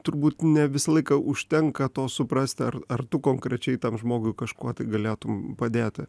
turbūt ne visą laiką užtenka to suprasti ar ar tu konkrečiai tam žmogui kažkuo tai galėtum padėti